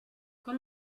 con